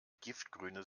giftgrüne